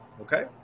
Okay